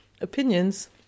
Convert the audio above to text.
opinions